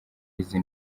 izi